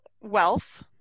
wealth